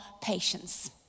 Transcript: patience